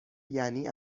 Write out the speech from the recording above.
یعنی